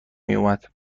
میومد